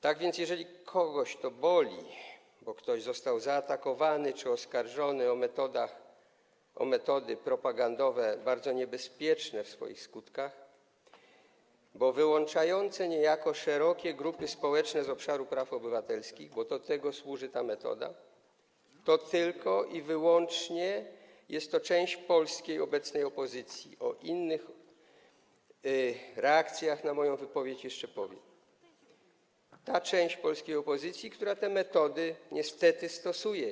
Tak więc jeżeli kogoś to boli, bo został zaatakowany czy oskarżony o metody propagandowe bardzo niebezpieczne w swoich skutkach, bo wyłączające niejako szerokie grupy społeczne z obszaru praw obywatelskich - do tego służy ta metoda - to tylko i wyłącznie jest to część polskiej obecnej opozycji, o innych reakcjach na moją wypowiedź jeszcze powiem, ta część polskiej opozycji, która te metody niestety stosuje.